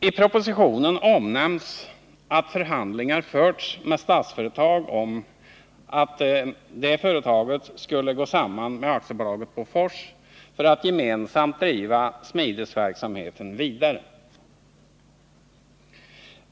I propositionen omnämns att förhandlingar förts med Statsföretag om att detta skulle gå samman med AB Bofors för att gemensamt driva smidesverksamheten vidare.